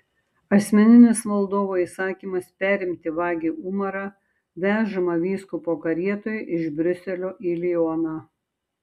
asmeninis valdovo įsakymas perimti vagį umarą vežamą vyskupo karietoje iš briuselio į lioną